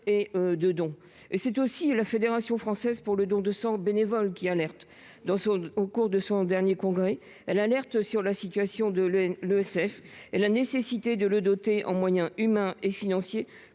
et de dons et c'est aussi la Fédération française pour le don de sang bénévole qui alerte dans son au cours de son dernier congrès, elle alerte sur la situation de l'le et la nécessité de le doter en moyens humains et financiers